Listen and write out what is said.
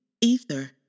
ether